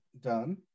done